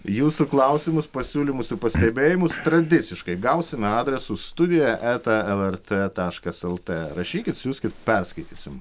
jūsų klausimus pasiūlymus pastebėjimus tradiciškai gausime adresu studija eta lrt taškas lt rašykit siųskit perskaitysim